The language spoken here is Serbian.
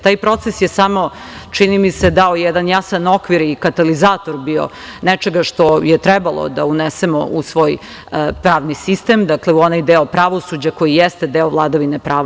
Taj proces je samo, čini mi se, dao jedan jasan okvir i katalizator bio nečega što je trebalo da unesemo u svoj pravni sistem, u onaj deo pravosuđa koji jeste deo vladavine prava.